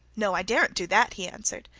no. i daren't do that he answered.